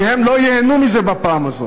כי הם לא ייהנו מזה בפעם הזאת,